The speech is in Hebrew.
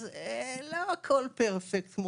אז לא הכול מושלם כמו